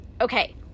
Okay